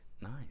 Nice